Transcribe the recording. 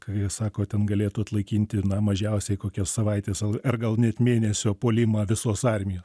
kai jie sako ten galėtų atlaikinti na mažiausiai kokios savaitės ar gal net mėnesio puolimą visos armijos